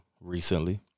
recently